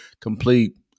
complete